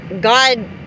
God